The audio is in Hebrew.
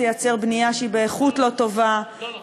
תייצר בנייה שהיא באיכות לא טובה לא נכון.